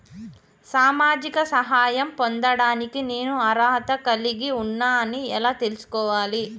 సామాజిక సహాయం పొందడానికి నేను అర్హత కలిగి ఉన్న అని ఎలా తెలుసుకోవాలి?